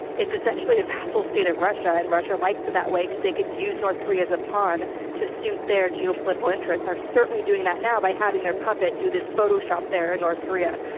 it's essentially a vassal state of russia and russia likes it that way cause they could use north korea as a pawn to suit their geopolitical interest and are certainly doing that now by having their puppet do this photoshop there in north korea.